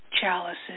chalices